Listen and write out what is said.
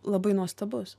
labai nuostabus